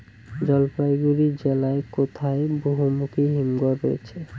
জলপাইগুড়ি জেলায় কোথায় বহুমুখী হিমঘর রয়েছে?